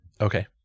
Okay